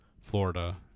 Florida